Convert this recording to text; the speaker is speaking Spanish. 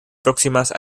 próximas